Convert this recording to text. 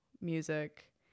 music